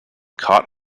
caught